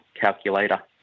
Calculator